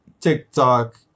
TikTok